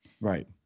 Right